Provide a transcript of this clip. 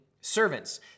servants